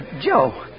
Joe